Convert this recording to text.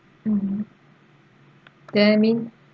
mm then I mean